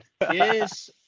Yes